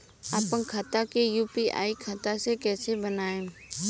आपन खाता के यू.पी.आई खाता कईसे बनाएम?